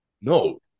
No